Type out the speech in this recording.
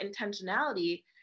intentionality